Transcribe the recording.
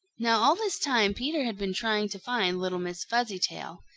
now all this time peter had been trying to find little miss fuzzytail.